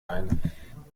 ein